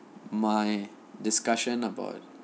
my discussion about